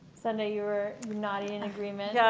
sunday, you are nodding in agreement.